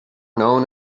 known